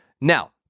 Now